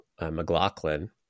McLaughlin